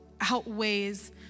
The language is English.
outweighs